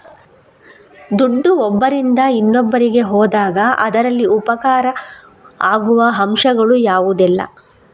ದುಡ್ಡು ಒಬ್ಬರಿಂದ ಇನ್ನೊಬ್ಬರಿಗೆ ಹೋದಾಗ ಅದರಲ್ಲಿ ಉಪಕಾರ ಆಗುವ ಅಂಶಗಳು ಯಾವುದೆಲ್ಲ?